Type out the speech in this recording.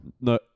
no